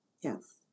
Yes